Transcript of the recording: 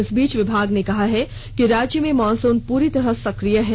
इसबीच विभाग ने कहा है कि राज्य में मॉनसून पूरी तरह सक्रिय है